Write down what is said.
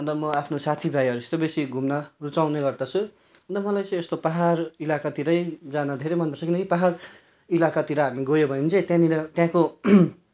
अन्त मोआफ्नो साथीभाइहरूसित बेसी घुम्न रुचाउँने गर्दछु अन्त मलाई चाहिँ यस्तो पाहाड इलाकातिरै जान धेरै मनपर्छ किनकि पाहाड इलाकातिर हामी गयो भने चाहिँचाहिँ त्यहाँनिर त्यहाँको